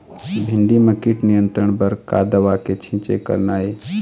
भिंडी म कीट नियंत्रण बर का दवा के छींचे करना ये?